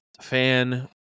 fan